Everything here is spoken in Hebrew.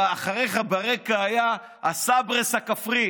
ואחריך ברקע היה הסברס הכפרי,